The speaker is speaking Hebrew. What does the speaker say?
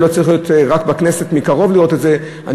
ובשביל זה לא צריך להיות רק בכנסת כדי לראות את זה מקרוב,